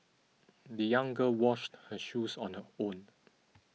the young girl washed her shoes on her own